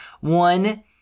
One